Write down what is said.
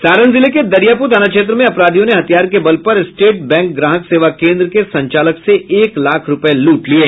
सारण जिले के दरियापुर थाना क्षेत्र में अपराधियों ने हथियार के बल पर स्टेट बैंक ग्राहक सेवा केंद्र के संचालक से एक लाख रुपए लूट लिये